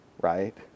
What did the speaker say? Right